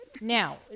Now